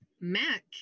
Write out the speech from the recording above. Mac